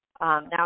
Now